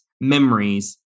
memories